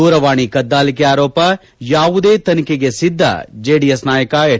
ದೂರವಾಣಿ ಕದ್ದಾಲಿಕೆ ಆರೋಪ ಯಾವುದೇ ತನಿಖೆಗೆ ಸಿದ್ಧ ಜೆಡಿಎಸ್ ನಾಯಕ ಹೆಚ್